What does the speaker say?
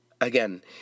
Again